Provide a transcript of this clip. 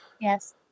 Yes